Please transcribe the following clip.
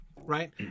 right